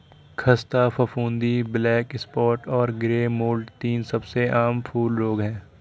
ख़स्ता फफूंदी, black spot और ग्रे मोल्ड तीन सबसे आम फूल रोग हैं